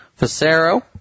Facero